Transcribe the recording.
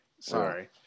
Sorry